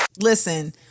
Listen